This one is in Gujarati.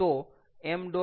તો 𝑚̇ CP